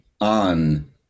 on